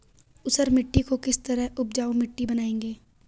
ऊसर मिट्टी को किस तरह उपजाऊ मिट्टी बनाएंगे?